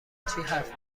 حرف